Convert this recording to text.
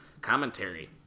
commentary